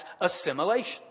assimilation